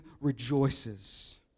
rejoices